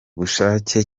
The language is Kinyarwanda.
bushake